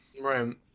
Right